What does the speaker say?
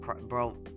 bro